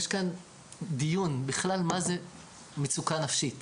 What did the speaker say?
יש כאן דיון לגבי מה זה בכלל מצוקה נפשית